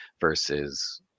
versus